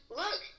look